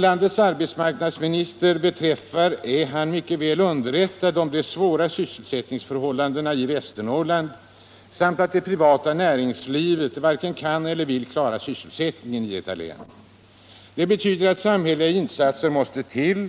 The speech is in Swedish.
Landets arbetsmarknadsminister är mycket väl underrättad om de svåra sysselsättningsförhållanden som råder i Västernorrland och vet att det privata näringslivet varken kan eller vill klara sysselsättningen i detta län. Det betyder att samhälleliga insatser måste till